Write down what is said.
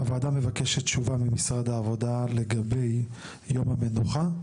הוועדה מבקשת תשובה ממשרד העבודה לגבי יום המנוחה,